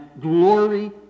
glory